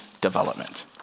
development